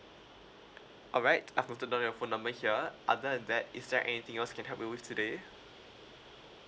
alright I've noted down your phone number here other than that is there anything else I can help you with today